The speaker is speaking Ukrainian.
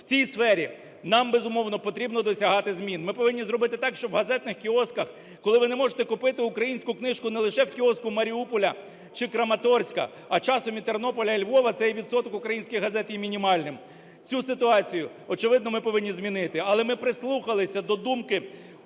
В цій сфері нам, безумовно, потрібно досягати змін. Ми повинні зробити так, щоб в газетних кіосках, коли ви не можете купити українську книжку не лише в кіоску Маріуполя чи Краматорська, а часом і Тернополя, і Львова, цей відсоток українських газет є мінімальним, цю ситуацію, очевидно, ми повинні змінити. Але ми прислухалися до думки